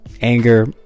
anger